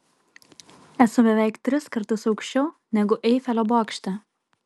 esu beveik tris kartus aukščiau negu eifelio bokšte